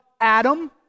Adam